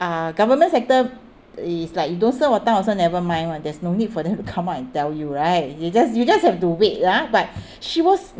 uh government sector is like you don't serve on time also never mind [one] there's no need for them to come out and tell you right you just you just have to wait lah but she was